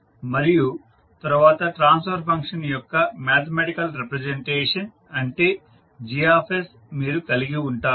మరియు తరువాత transfer function యొక్క మ్యాథమెటికల్ రిప్రజెంటేషన్ అంటే G మీరు కలిగి ఉంటారు